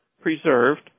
preserved